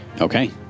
Okay